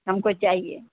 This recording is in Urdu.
ہم کو چاہیے